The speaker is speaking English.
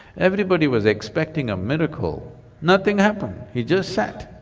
everybody was expecting a miracle nothing happened, he just sat.